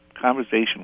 conversation